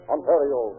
Ontario